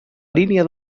línia